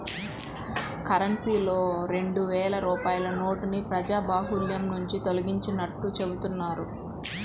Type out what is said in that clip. కరెన్సీలో రెండు వేల రూపాయల నోటుని ప్రజాబాహుల్యం నుంచి తొలగించినట్లు చెబుతున్నారు